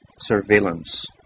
surveillance